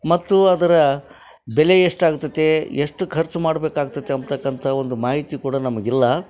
ಮತ್ತು ಅದರ ಬೆಲೆ ಎಷ್ಟಾಗತ್ತೆ ಎಷ್ಟು ಖರ್ಚು ಮಾಡ್ಬೇಕಾಗತ್ತೆ ಅಂತಕ್ಕಂಥ ಒಂದು ಮಾಹಿತಿ ಕೂಡ ನಮಗಿಲ್ಲ